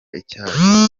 icyayi